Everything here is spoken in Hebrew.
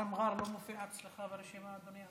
כפר מר'אר לא מופיע אצלך ברשימה, אדוני השר?